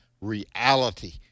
reality